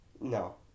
No